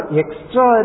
extra